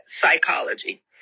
psychology